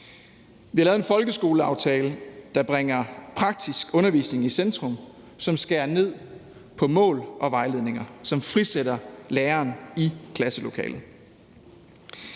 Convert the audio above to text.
Vi har lavet en folkeskoleaftale, der bringer praktisk undervisning i centrum, som skærer ned på mål og vejledninger, og som frisætter læreren i klasselokalet.